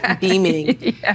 beaming